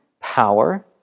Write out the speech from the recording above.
power